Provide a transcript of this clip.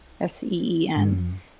S-E-E-N